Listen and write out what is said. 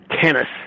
Tennis